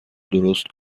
درست